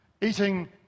eating